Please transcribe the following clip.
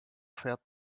fährt